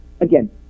again